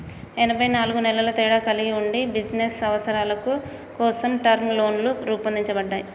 ఎనబై నాలుగు నెలల తేడా కలిగి ఉండి బిజినస్ అవసరాల కోసం టర్మ్ లోన్లు రూపొందించబడ్డాయి